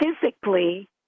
physically